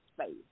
space